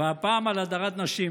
והפעם על הדרת נשים.